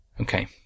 Okay